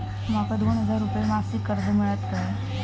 माका दोन हजार रुपये मासिक कर्ज मिळात काय?